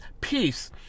peace